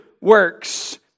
works